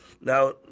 Now